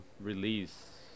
release